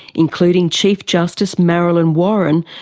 including chief justice marilyn warren,